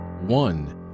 One